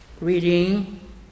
reading